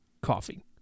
coffee